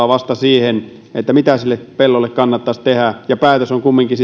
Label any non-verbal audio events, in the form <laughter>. <unintelligible> vasta vaikuttavat siihen mitä sille pellolle kannattaisi tehdä sitten loppukädessä on kumminkin <unintelligible>